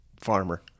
farmer